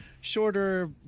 shorter